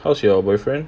how's your boyfriend